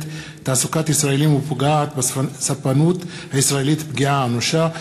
תעסוקת ישראלים ופוגעת בספנות הישראלית פגיעה אנושה.